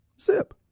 Zip